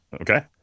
okay